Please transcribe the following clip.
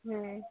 हाँ